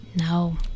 No